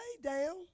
down